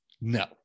no